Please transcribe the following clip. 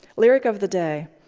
lyric of the day.